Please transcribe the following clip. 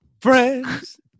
Friends